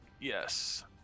Yes